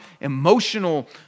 emotional